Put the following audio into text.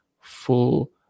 full